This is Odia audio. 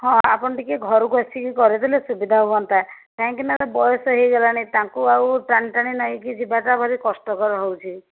ହଁ ଆପଣ ଟିକେ ଘରକୁ ଆସିକି କରେଇଦେଲେ ସୁବିଧା ହୁଅନ୍ତା କାହିଁକି ନା ବୟସ ହେଇଗଲାଣି ତାଙ୍କୁ ଆଉ ଟାଣି ଟାଣି ନେଇ କି ଯିବାଟା ଭାରି କଷ୍ଟକର ହେଉଛି